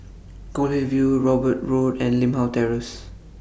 Goldhill View Hobart Road and Limau Terrace